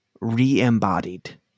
re-embodied